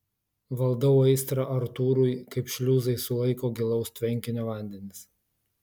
valdau aistrą artūrui kaip šliuzai sulaiko gilaus tvenkinio vandenis